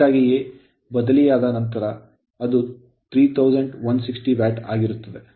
ಅದಕ್ಕಾಗಿಯೇ ಬದಲಿಯಾದ ನಂತರ ಅದು 3160 ವ್ಯಾಟ್ ಬರುತ್ತಿದೆ